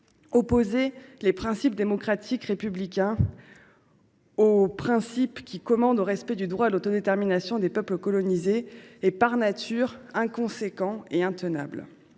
Opposer les principes démocratiques républicains à ceux qui commandent au respect du droit à l’autodétermination des peuples colonisés est par nature inconséquent et intenable.